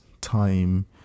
time